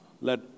let